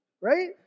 right